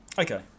Okay